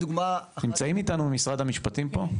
נמצאים איתנו ממשרד המשפטים פה?